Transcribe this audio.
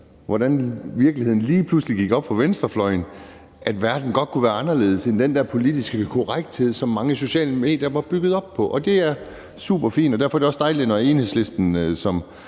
hvordan virkeligheden lige pludselig gik op for venstrefløjen, nemlig at verden godt kunne være anderledes end den der politiske korrekthed, som mange sociale medier var bygget op på. Og det er superfint, og derfor er det også dejligt, når Enhedslisten, som